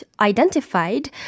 identified